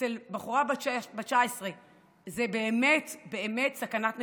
אצל בחורה בת 16. זה באמת באמת סכנת נפשות.